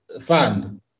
fund